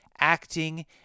acting